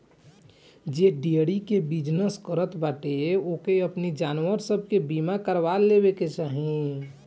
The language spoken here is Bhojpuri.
जे डेयरी के बिजनेस करत बाटे ओके अपनी जानवर सब के बीमा करवा लेवे के चाही